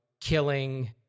killing